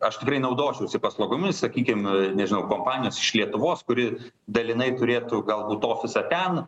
aš tikrai naudosiuosi paslaugomis sakykim nežinau kompanijos iš lietuvos kuri dalinai turėtų galbūt ofisą ten